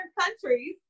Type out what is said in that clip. countries